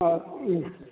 ꯑꯥ ꯎꯝ